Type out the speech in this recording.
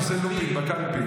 עושה לופים בקלפי,